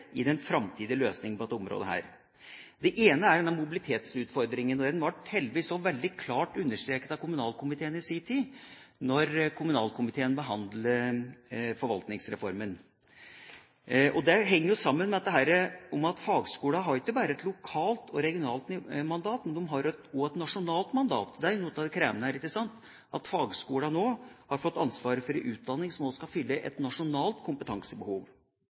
i den framtidige løsningen på dette området. Det ene er mobilitetsutfordringen. Den ble heldigvis klart understreket av kommunalkomiteen i sin tid, da kommunalkomiteen behandlet Forvaltningsreformen. Det henger sammen med dette at fagskolene ikke bare har et lokalt og regionalt mandat. De har også et nasjonalt mandat. Det er noe av det krevende her. Det er noe av det krevende her, ikke sant, at fagskolene nå har fått ansvaret for en utdanning som også skal fylle et nasjonalt kompetansebehov.